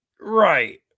right